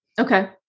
Okay